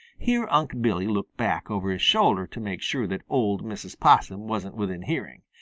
here unc' billy looked back over his shoulder to make sure that old mrs. possum wasn't within hearing,